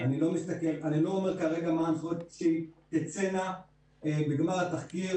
אני לא אומר כרגע מה ההנחיות שתצאנה בגמר התחקיר,